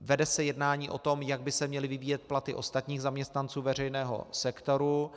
Vede se jednání o tom, jak by se měly vyvíjet platy ostatních zaměstnanců veřejného sektoru.